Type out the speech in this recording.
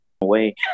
away